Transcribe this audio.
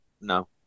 No